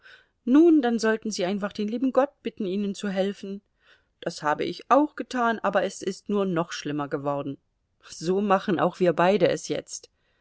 nun dann sollten sie einfach den lieben gott bitten ihnen zu helfen das habe ich auch getan aber es ist nur noch schlimmer geworden so machen auch wir beide es jetzt